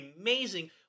amazing